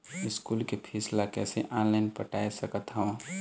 School के fees ला कैसे ऑनलाइन पटाए सकत हव?